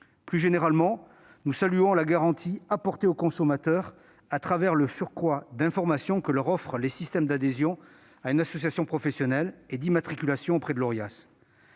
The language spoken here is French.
Plus généralement, nous saluons la garantie apportée aux consommateurs grâce au surcroît d'information que leur offrent les systèmes d'adhésion à une association professionnelle et d'immatriculation auprès de l'Orias.